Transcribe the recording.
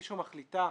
היא שמחליטה,